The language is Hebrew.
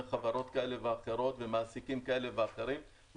חברות כאלה ואחרות ומעסיקים כאלה ואחרים,